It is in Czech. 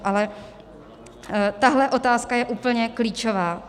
Ale tahle otázka je úplně klíčová.